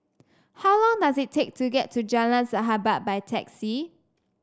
how long does it take to get to Jalan Sahabat by taxi